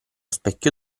specchio